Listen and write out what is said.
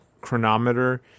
Chronometer